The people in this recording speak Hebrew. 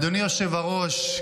אדוני היושב-ראש,